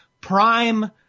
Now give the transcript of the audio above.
prime